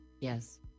Yes